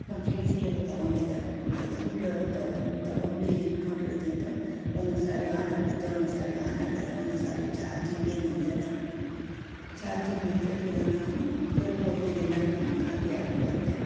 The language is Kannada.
ನಮ್ಮ ಫ್ರೆಂಡ್ಸಗಳೆಲ್ಲ ತೊಗೊಂಡಿದ್ದಾರೆ ತೊಗೊಂಡು ತೊಗೊ ತೊಗೊಂಡು ಇಟ್ಕೊಂಡಿರೋದ್ರಿಂದ ಒಂದೊದ್ಸಾರಿ ಆನಾಗುತ್ತೆ ಒಂದೊಂದ್ಸರಿ ಆನಾಗಲ್ಲ ಒಂದೊಂದ್ಸರಿ ಚಾರ್ಜಿಂಗೇ ನಿಲ್ಲಲ್ಲ ಚಾರ್ಜಿಂಗ್ ನಿಂತರೆ ಕೂಡನೂ ಸ್ವಲ್ಪ ಹೊತ್ತಿಗೆಲ್ಲನೂ ಖಾಲಿಯಾಗ್ಬಿಡುತ್ತೆ